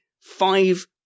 five